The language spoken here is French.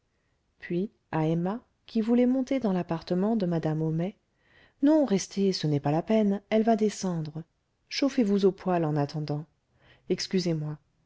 puis à emma qui voulait monter dans l'appartement de madame homais non restez ce n'est pas la peine elle va descendre chauffez-vous au poêle en attendant excusez-moi